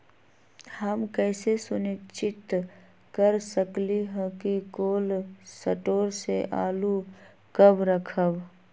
हम कैसे सुनिश्चित कर सकली ह कि कोल शटोर से आलू कब रखब?